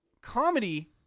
Comedy